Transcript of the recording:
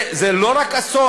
זה לא רק אסון.